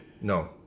No